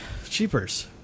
Cheapers